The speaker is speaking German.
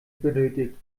benötigt